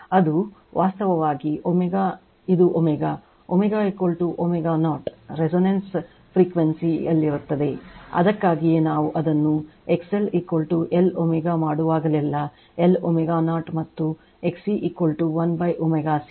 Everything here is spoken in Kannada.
ಇದು ವಾಸ್ತವವಾಗಿ ω ಇದು ω ω ω0 resonance ಆವರ್ತನ ದಲ್ಲಿದೆ ಅದಕ್ಕಾಗಿಯೇ ನಾವು ಅದನ್ನು XL L ω ಮಾಡುವಗಲ್ಲೆಲ್ಲಾ Lω0 ಮತ್ತು XC 1ω C ಅಂದರೆ1ω0 c ಆಗಿರುತ್ತದೆ